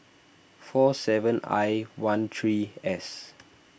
four seven I one three S